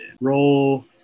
Roll